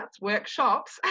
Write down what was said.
workshops